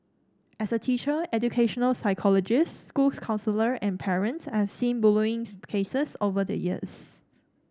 as a teacher educational psychologist school counsellor and parent I've seen bullying cases over the years